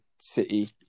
City